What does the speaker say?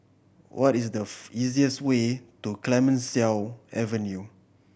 what is the easiest way to Clemenceau Avenue